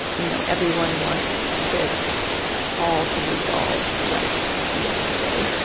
you know, everyone wants this all to be solved like yesterday.